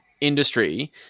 industry